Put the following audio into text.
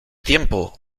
tiempo